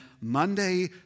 Monday